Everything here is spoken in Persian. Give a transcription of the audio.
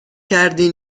کردی